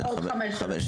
עוד 5,000,